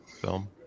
film